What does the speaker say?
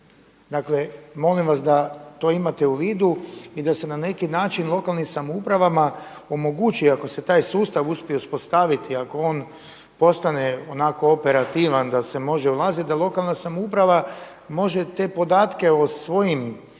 Dakle molim vas da to imate u vidu i da se na neki način lokalnim samoupravama omogući ako se taj sustav uspije uspostaviti i ako on postane onako operativan da se može ulaziti da lokalna samouprava može te podatke o svojim